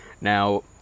now